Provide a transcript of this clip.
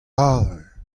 avel